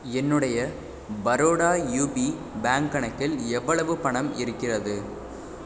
என்னுடைய Baroda UP bank கணக்கில் எவ்வளவு பணம் இருக்கிறது